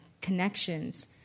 connections